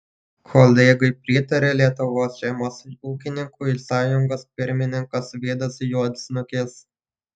kolegai pritarė lietuvos šeimos ūkininkų sąjungos pirmininkas vidas juodsnukis